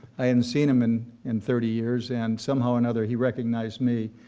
i hadn't seen him and in thirty years, and somehow or another, he recognized me.